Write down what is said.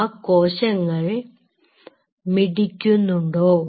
ആ കോശങ്ങൾ മിടിക്കുന്നുണ്ടോ